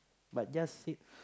but just sit